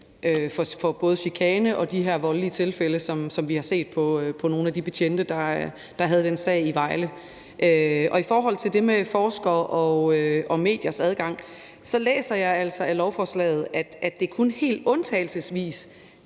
mod både chikane og de her voldelige tilfælde, som vi har set i forbindelse med de betjente, der havde sagen i Vejle. I forhold til det med forskere og mediers adgang læser jeg altså af lovforslaget, at det kun helt undtagelsesvis